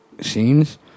scenes